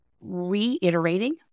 reiterating